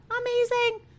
amazing